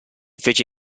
fece